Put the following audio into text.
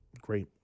Great